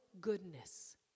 goodness